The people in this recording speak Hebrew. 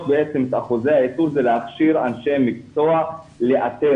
בעצם את אחוזי האיתור זה להכשיר אנשי מקצוע לאתר,